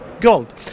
gold